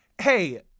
Hey